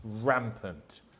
rampant